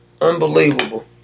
Unbelievable